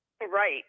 Right